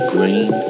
Green